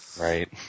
Right